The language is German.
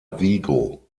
vigo